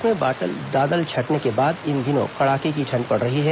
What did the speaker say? प्रदेश में बादल छंटने के बाद इन दिनों कड़ाके की ठंड पड़ रही है